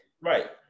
right